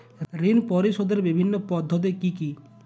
ঋণ পরিশোধের বিভিন্ন পদ্ধতি কি কি?